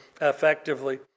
effectively